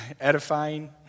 edifying